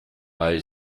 bei